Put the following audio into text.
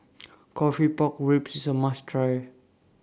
Coffee Pork Ribs IS A must Try